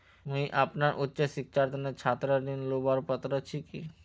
मुई अपना उच्च शिक्षार तने छात्र ऋण लुबार पत्र छि कि?